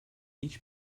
each